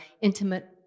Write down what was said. intimate